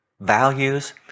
values